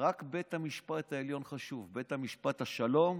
רק בית המשפט העליון חשוב, שופט בית משפט השלום,